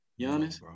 Giannis